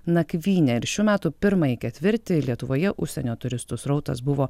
nakvyne ir šių metų pirmąjį ketvirtį lietuvoje užsienio turistų srautas buvo